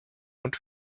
und